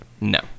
No